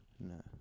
no